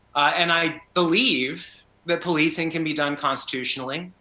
and i believe that policing can be done constitutionally,